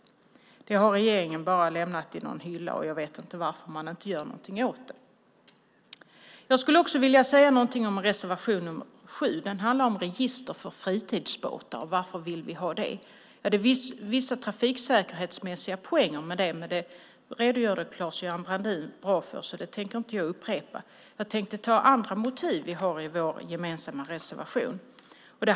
Det har regeringen bara lämnat på någon hylla, och jag vet inte varför man inte gör någonting åt det. Jag skulle också vilja säga någonting om reservation 7. Den handlar om register för fritidsbåtar. Varför vill vi ha det? Det finns vissa trafiksäkerhetsmässiga poänger med det. Men det redogjorde Claes-Göran Brandin för på ett bra sätt, och det tänker jag inte upprepa. Jag tänkte tala om andra motiv som vi har i vår gemensamma reservation.